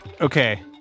Okay